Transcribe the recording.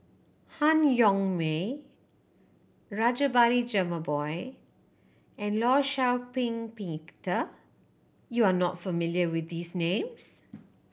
Han Yong May Rajabali Jumabhoy and Law Shau Ping Peter you are not familiar with these names